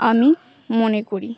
আমি মনে করি